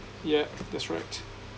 yeah that's right